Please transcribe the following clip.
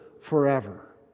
forever